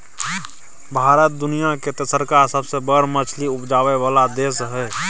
भारत दुनिया के तेसरका सबसे बड़ मछली उपजाबै वाला देश हय